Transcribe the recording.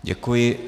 Děkuji.